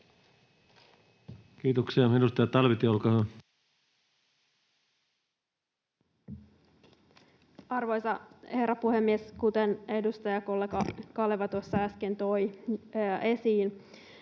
Kiitoksia. — Edustaja Talvitie, olkaa hyvä. Arvoisa herra puhemies! Kuten edustajakollega Kaleva tuossa äsken toi esiin,